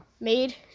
made